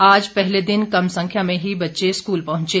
आज पहले दिन कम संख्या में ही बच्चे स्कूल पहुंचे